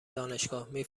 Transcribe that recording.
دانشگاهمی